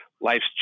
life's